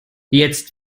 jetzt